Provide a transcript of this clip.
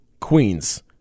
Queens